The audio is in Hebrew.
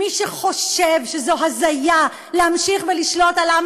מי שחושב שזו הזיה להמשיך לשלוט על עם